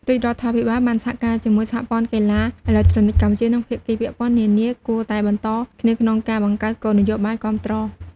រាជរដ្ឋាភិបាល បានសហការជាមួយសហព័ន្ធកីឡាអេឡិចត្រូនិកកម្ពុជា និងភាគីពាក់ព័ន្ធនានាគួរតែបន្តគ្នាក្នុងការបង្កើតគោលនយោបាយគាំទ្រ។